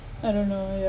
I don't know